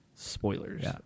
spoilers